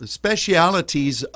specialities